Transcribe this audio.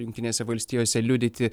jungtinėse valstijose liudyti